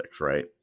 right